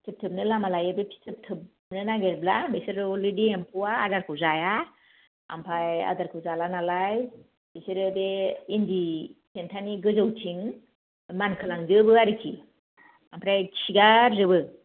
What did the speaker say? फिथोब थोबनो लामा लायो बे फिथोब थोबनो नागेरब्ला बेसोरो अलरेडि एमफौआ आदारखौ जाया आमफाय आदारखौ जालानालाय बिसोरो बे इन्दि थेनथानि गोजौथिं मानखो लांजोबो आरोखि आमफ्राय खिगार जोबो